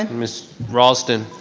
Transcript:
and ms. raulston.